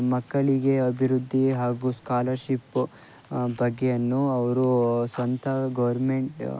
ಮಕ್ಕಳಿಗೆ ಅಭಿವೃದ್ಧಿ ಹಾಗೂ ಸ್ಕಾಲರ್ಷಿಪ್ಪು ಬಗ್ಗೆಯನ್ನು ಅವ್ರು ಸ್ವಂತ ಗೌರ್ಮೆಂಟ್